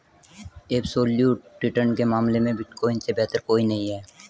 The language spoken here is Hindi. एब्सोल्यूट रिटर्न के मामले में बिटकॉइन से बेहतर कोई नहीं है